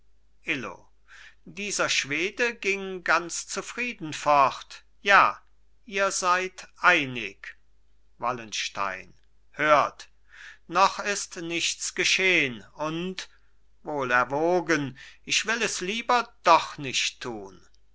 illo dieser schwede ging ganz zufrieden fort ja ihr seid einig wallenstein hört noch ist nichts geschehn und wohl erwogen ich will es lieber doch nicht tun